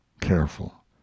careful